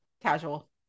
Casual